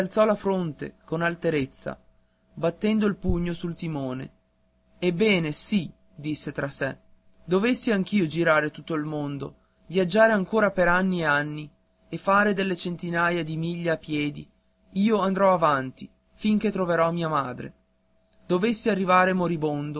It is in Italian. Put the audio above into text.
la fronte con alterezza battendo il pugno sul timone ebbene si disse tra sé dovessi anch'io girare tutto il mondo viaggiare ancora per anni e anni e fare delle centinaia di miglia a piedi io andrò avanti fin che troverò mia madre dovessi arrivare